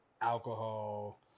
alcohol